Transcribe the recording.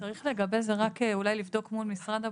לגבי זה צריך רק אולי לבדוק מול משרד הבריאות,